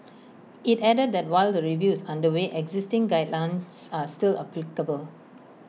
IT added that while the review is under way existing guidelines are still applicable